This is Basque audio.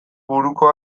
buruko